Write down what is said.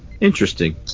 interesting